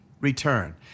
return